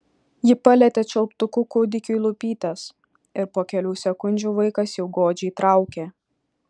ji palietė čiulptuku kūdikiui lūpytes ir po kelių sekundžių vaikas jau godžiai traukė